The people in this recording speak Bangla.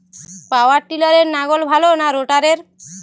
পাওয়ার টিলারে লাঙ্গল ভালো না রোটারের?